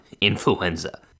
influenza